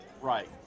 Right